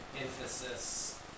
emphasis